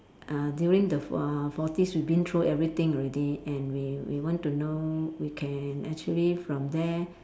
uh during the uh forties we been through everything already and we we want to know we can actually from there